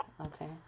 Okay